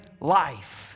life